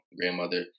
grandmother